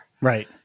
Right